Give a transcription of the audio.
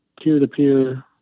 peer-to-peer